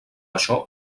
això